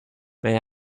may